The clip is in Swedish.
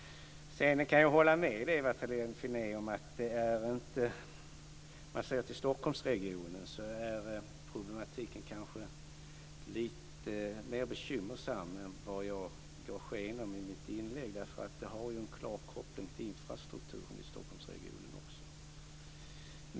Sedan kan jag hålla med Ewa Thalén Finné om en del. Om man ser till Stockholmsregionen är problematiken kanske lite mer bekymmersam än vad jag gav sken av i mitt tidigare inlägg. Det här har ju en klar koppling till infrastrukturen i Stockholmsregionen också.